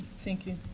thank you.